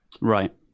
Right